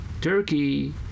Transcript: Turkey